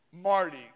Marty